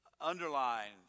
underlined